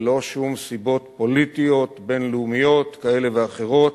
ללא שום סיבות פוליטיות, בין-לאומיות כאלה ואחרות,